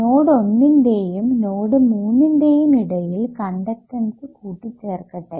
node ഒന്നിന്റെയും node മൂന്നിന്റേയും ഇടയിൽ കണ്ടക്ടൻസ് കൂട്ടിച്ചേർക്കട്ടെ